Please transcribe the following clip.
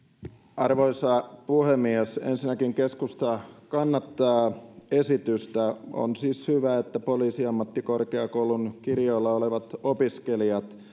arvoisa puhemies ensinnäkin keskusta kannattaa esitystä on siis hyvä että poliisiammattikorkeakoulun kirjoilla olevat opiskelijat